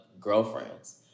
Girlfriends